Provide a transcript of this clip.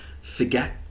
forget